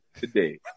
today